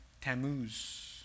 Tammuz